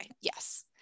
yes